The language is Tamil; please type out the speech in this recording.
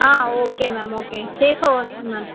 ஆ ஓகே மேம் ஓகே சேஃபாக வந்துடும் மேம்